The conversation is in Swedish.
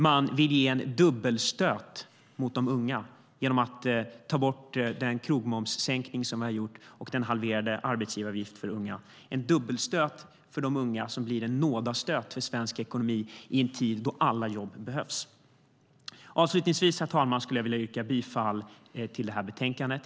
De vill ge en dubbelstöt mot de unga genom att ta bort den krogmomssänkning som vi har gjort och genom att ta bort den halverade arbetsgivaravgiften för unga som vi har genomfört. Det är en dubbelstöt för de unga som blir en nådastöt för svensk ekonomi i en tid då alla jobb behövs. Herr talman! Avslutningsvis yrkar jag bifall till förslaget i detta betänkande.